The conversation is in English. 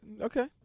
Okay